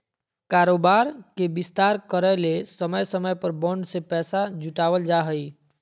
कारोबार के विस्तार करय ले समय समय पर बॉन्ड से पैसा जुटावल जा हइ